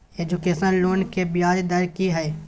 Education loan के ब्याज दर की हय?